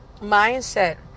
mindset